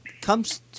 comes